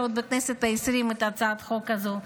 עוד בכנסת העשרים את הצעת החוק הזאת.